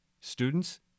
students